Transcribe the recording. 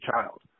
child